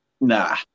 Nah